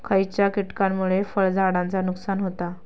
खयच्या किटकांमुळे फळझाडांचा नुकसान होता?